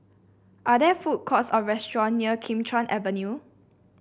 are there food courts or restaurant near Kim Chuan Avenue